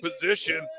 position